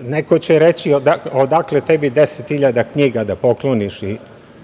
Neko će reći - odakle tebi 10 hiljada knjiga da pokloniš i